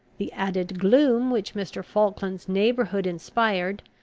the added gloom which mr. falkland's neighbourhood inspired,